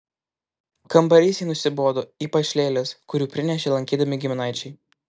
kambarys jai nusibodo ypač lėlės kurių prinešė lankydami giminaičiai